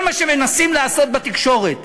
כל מה שמנסים לעשות בתקשורת,